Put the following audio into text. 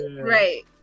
Right